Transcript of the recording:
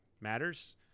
matters